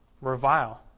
revile